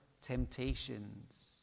temptations